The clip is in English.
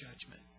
judgment